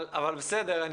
אבל בסדר.